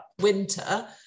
winter